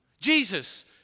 Jesus